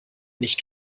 nicht